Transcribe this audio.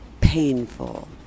painful